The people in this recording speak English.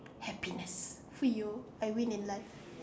happiness !fuyoh! I win in life